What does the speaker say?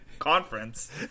Conference